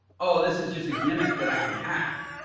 oh, this is just a gimmick that i can hack,